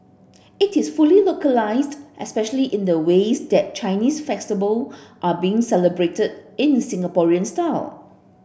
it is fully localised especially in the ways that Chinese festival are being celebrated in Singaporean style